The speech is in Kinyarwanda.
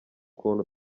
kuntu